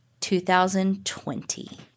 2020